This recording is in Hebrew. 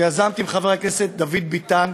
שיזמתי עם חבר הכנסת דוד ביטן,